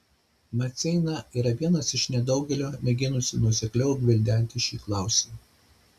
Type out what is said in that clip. maceina yra vienas iš nedaugelio mėginusių nuosekliau gvildenti šį klausimą